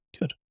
Good